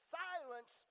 silence